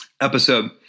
episode